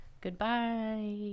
Goodbye